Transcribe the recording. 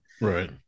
right